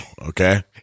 Okay